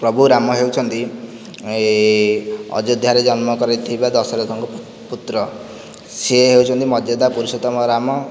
ପ୍ରଭୁ ରାମ ହେଉଛନ୍ତି ଅଯୋଧ୍ୟାରେ ଜନ୍ମ କରିଥିବା ଦଶରଥଙ୍କ ପୁତ୍ର ସେ ହେଉଛନ୍ତି ମର୍ଯ୍ୟାଦା ପୁରୁଷୋତ୍ତମ ରାମ